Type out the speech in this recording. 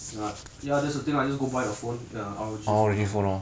ya that's the thing lah just go buy the phone ya R_O_G phone lor